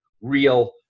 real